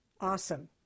Awesome